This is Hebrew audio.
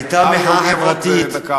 עוד דקה אחת.